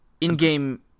in-game